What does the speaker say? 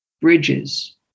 bridges